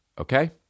Okay